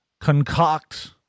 concoct